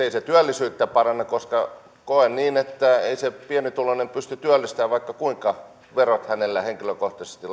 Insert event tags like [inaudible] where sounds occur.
[unintelligible] ei se työllisyyttä paranna koen koen niin ettei se pienituloinen pysty työllistämään vaikka kuinka hänen veronsa henkilökohtaisesti [unintelligible]